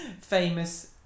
famous